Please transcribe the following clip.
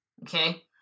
Okay